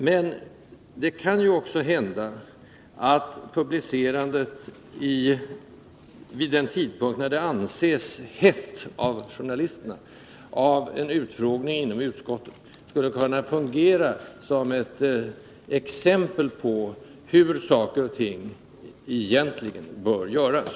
Men det kan också hända att publicerandet av material från en utfrågning inom ett utskott vid en tidpunkt när det av journalisterna anses som ”hett” skulle kunna fungera som ett exempel på hur saker och ting egentligen bör göras.